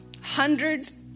hundreds